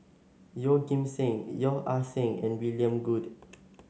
Yeoh Ghim Seng Yeo Ah Seng and William Goode